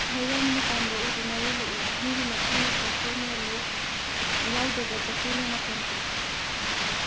ꯎꯍꯩ ꯌꯥꯝꯅ ꯄꯥꯟꯕ ꯎꯗꯤ ꯃꯔꯨ ꯂꯨꯛꯏ ꯑꯍꯟꯒꯤ ꯃꯊꯤꯅ ꯆꯐꯨ ꯃꯦꯜꯂꯤ ꯌꯥꯎꯗꯕ ꯆꯐꯨꯅ ꯃꯈꯣꯜ ꯊꯣꯛꯏ